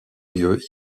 lieux